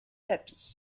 tapis